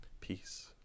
Peace